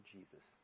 Jesus